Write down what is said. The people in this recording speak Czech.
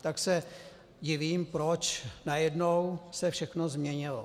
Tak se divím, proč najednou se všechno změnilo.